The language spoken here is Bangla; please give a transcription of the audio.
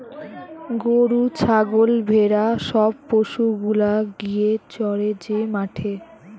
গরু ছাগল ভেড়া সব পশু গুলা গিয়ে চরে যে মাঠে